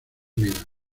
vida